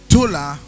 Tola